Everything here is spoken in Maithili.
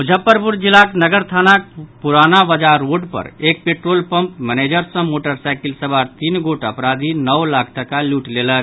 मुजफ्फरपुर जिलाक नगर थानाक पुराना बाजार रोड पर एक पेट्रोल पंप मैनेजर सॅ मोटरसाईकिल सवार तीन गोट अपराधी नओ लाख टाका लूटि लेलक